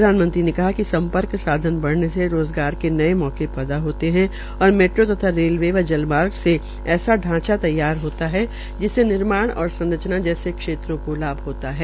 प्रधानमंत्री ने कहा कि सम्पर्क सांधन बढ़ने से रोज़गार के नेय मौके पैदा होते है और रेलवे व जल मार्ग से ऐसा ढांचा तैयार होता है जिससे निर्वाचण और संरचना जैसे क्षेत्रों को लाभ होता है